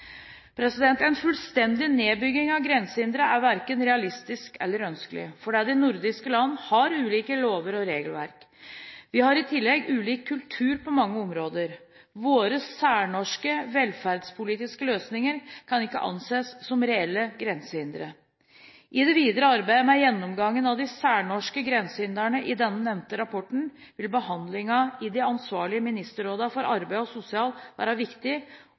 En fullstendig nedbygging av grensehindre er verken realistisk eller ønskelig, fordi de nordiske land har ulike lover og regelverk. Vi har i tillegg ulik kultur på mange områder. Våre særnorske velferdspolitiske løsninger kan ikke anses som reelle grensehindre. I det videre arbeidet med gjennomgangen av særnorske grensehindre i den nevnte rapporten vil behandlingen i de ansvarlige ministerrådene innenfor arbeids- og sosialområdet være viktig,